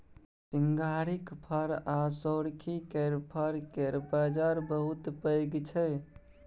सिंघारिक फर आ सोरखी केर फर केर बजार बहुत पैघ छै